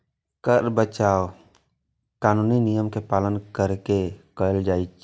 कर बचाव कानूनी नियम के पालन कैर के कैल जाइ छै